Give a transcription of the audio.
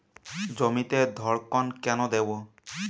জমিতে ধড়কন কেন দেবো?